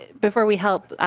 before we help